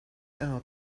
out